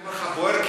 זה בוער,